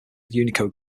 unicode